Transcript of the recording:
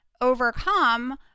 overcome